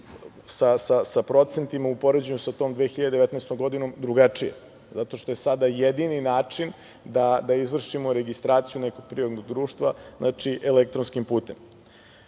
sa procentima u poređenju sa tom 2019. godinom drugačije, zato što je sada jedini način da izvršimo registraciju nekog privrednog društva elektronskim putem.U